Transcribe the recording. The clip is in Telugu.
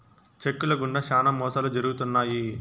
చెక్ ల గుండా శ్యానా మోసాలు జరుగుతున్నాయి